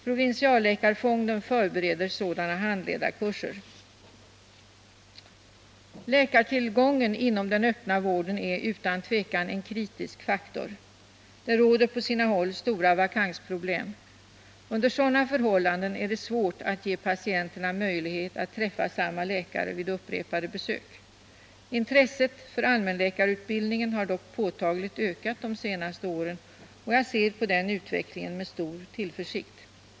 Provinsialläkarfonden förbereder sådana handledarkurser. Läkartillgången inom den öppna vården är utan tvivel en kritisk faktor. Det råder på sina håll stora vakansproblem. Under sådana förhållanden är det svårt att ge patienterna möjlighet att träffa samma läkare vid upprepade besök. Intresset för allmänläkarutbildningen har dock påtagligt ökat de senaste åren, och jag ser på denna utveckling med stor tillförsikt.